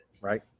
right